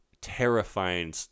Terrifying